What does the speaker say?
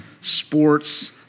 Sports